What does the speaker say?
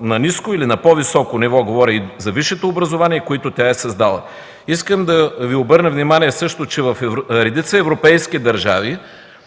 на ниско или на по-високо ниво, говоря за висшето образование, които тя е създала. Искам да Ви обърна внимание, че в редица европейски държави